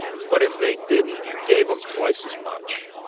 but if they didn't, you gave them twice as much.